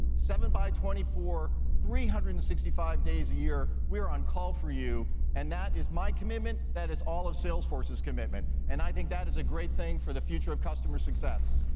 seven by twenty four, three hundred and sixty five days a year, on call for you. and that is my commitment, that is all of salesforce's commitment, and i think that is a great thing for the future of customer success.